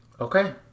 Okay